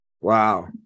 Wow